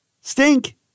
Stink